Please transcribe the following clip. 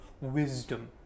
wisdom